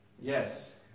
Yes